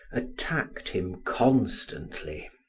attacked him constantly,